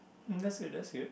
mm that's good that's good